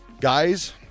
Guys